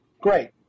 great